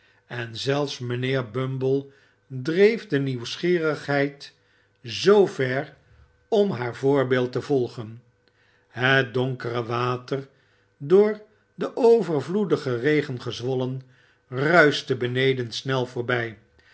en zelfs mijnheer bumble dreef de nieuwsgierigheid zoo ver om haar voorbeeld te volgen het donkere water door den overvloe igen regen gezwollen ruischte beneden snel voorbij